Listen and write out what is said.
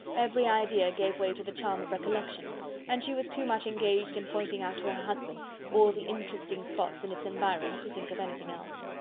every idea gave way to the charm of recollection and she was too much engaged in pointing out to her husband all the interesting spots in its environs to think of anything else.